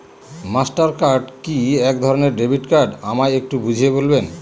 Master card কি একধরণের debit card আমায় একটু বুঝিয়ে বলবেন?